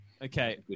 Okay